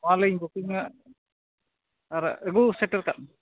online booking ᱟᱜ ᱟᱨ ᱟᱹᱜᱩ ᱥᱮᱴᱮᱨ ᱠᱟᱜ ᱢᱮ